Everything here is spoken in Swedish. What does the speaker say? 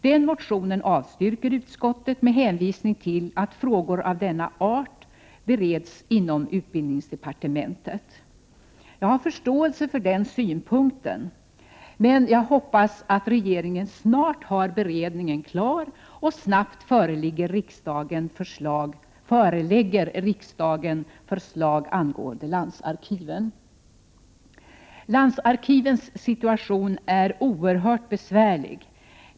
Den motionen avstyrker utskottet med hänvisning till att frågor av denna art bereds inom utbildningsdepartementet. Jag har förståelse för den synpunkten, men jag hoppas att regeringen snart har beredningen klar och snabbt förelägger riksdagen förslag angående landsarkiven. Landsarkivens situation är oerhört besvärlig.